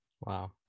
Wow